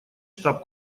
штаб